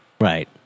Right